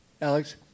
Alex